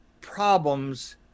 problems